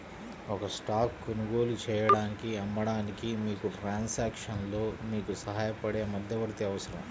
ఒక స్టాక్ కొనుగోలు చేయడానికి, అమ్మడానికి, మీకు ట్రాన్సాక్షన్లో మీకు సహాయపడే మధ్యవర్తి అవసరం